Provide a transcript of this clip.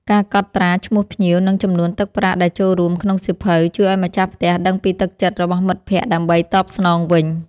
ការកត់ត្រាឈ្មោះភ្ញៀវ និងចំនួនទឹកប្រាក់ដែលចូលរួមក្នុងសៀវភៅ ជួយឱ្យម្ចាស់ផ្ទះដឹងពីទឹកចិត្តរបស់មិត្តភក្តិដើម្បីតបស្នងវិញ។